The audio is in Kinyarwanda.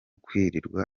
kwirirwa